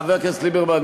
חבר הכנסת ליברמן,